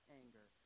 anger